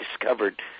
discovered